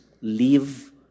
live